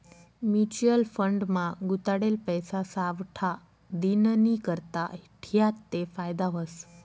mutual fund मा गुताडेल पैसा सावठा दिननीकरता ठियात ते फायदा व्हस